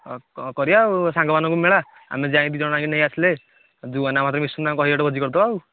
କରିଆ ଆଉ ସାଙ୍ଗମାନଙ୍କୁ ମେଳା ଆମେ ଯାଇକି ଦୁଇ ଜଣଯାକ ନେଇ ଆସିଲେ ବିଶୁନନାକୁ କହିକି ଗୋଟେ ଭୋଜି କରିଦେବା ଆଉ